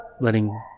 letting